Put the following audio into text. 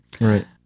Right